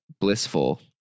blissful